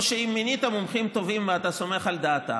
או שמינית מומחים טובים ואתה סומך על דעתם,